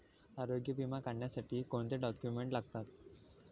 आरोग्य विमा काढण्यासाठी कोणते डॉक्युमेंट्स लागतात?